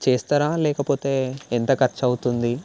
చేస్తరా లేకపోతే ఎంత ఖర్చవుతుంది